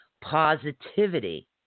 positivity